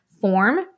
form